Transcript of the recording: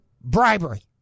bribery